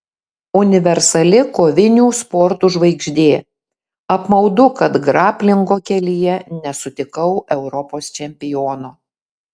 universali kovinių sportų žvaigždė apmaudu kad graplingo kelyje nesutikau europos čempiono